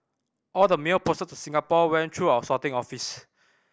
all the mail posted to Singapore went through our sorting office